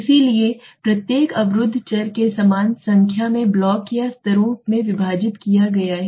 इसलिए प्रत्येक अवरुद्ध चर को समान संख्या में ब्लॉक या स्तरों में विभाजित किया गया है